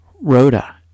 Rhoda